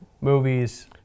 movies